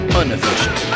unofficial